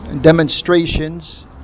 demonstrations